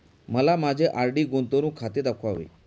मला माझे आर.डी गुंतवणूक खाते दाखवावे